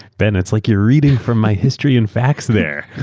ben, it's like you're reading from my history and facts there.